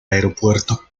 aeropuerto